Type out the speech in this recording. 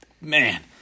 Man